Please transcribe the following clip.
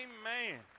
Amen